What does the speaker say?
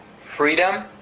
freedom